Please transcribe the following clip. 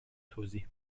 توضیح